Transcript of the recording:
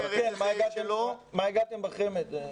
למה הגעתם בחמ"ד?